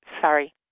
Sorry